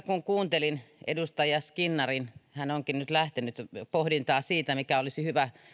kun kuuntelin edustaja skinnarin hän onkin nyt lähtenyt pohdintaa siitä mikä olisi hyvä